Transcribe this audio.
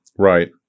Right